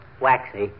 waxy